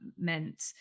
meant